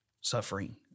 suffering